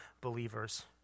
believers